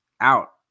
out